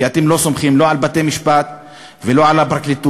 אתם לא סומכים לא על בתי-המשפט ולא על הפרקליטות,